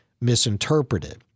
misinterpreted